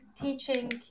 teaching